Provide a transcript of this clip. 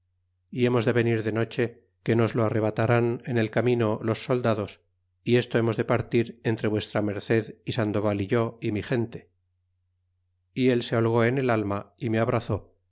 y hemos de venir de noche que nos lo arrebataran en el camino los soldados y esto hemos de partir entre v merced y sandoval y yo é mi gente y él se holgo en el alma y me abraa